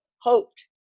hoped